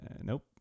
Nope